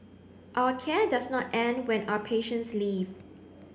our care does not end when our patients leave